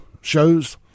shows